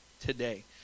today